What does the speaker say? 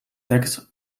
text